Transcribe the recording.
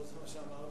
לא זה מה שאמרנו.